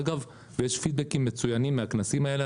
אגב, יש פידבקים מצוינים מהכנסים האלה.